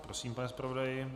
Prosím, pane zpravodaji.